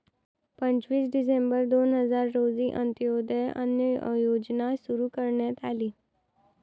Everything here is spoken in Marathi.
पंचवीस डिसेंबर दोन हजार रोजी अंत्योदय अन्न योजना सुरू करण्यात आली